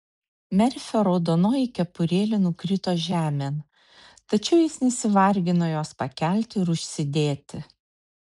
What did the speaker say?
merfio raudonoji kepurėlė nukrito žemėn tačiau jis nesivargino jos pakelti ir užsidėti